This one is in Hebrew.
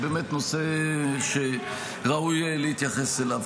היא נושא שראוי להתייחס אליו.